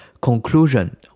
conclusion